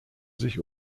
sich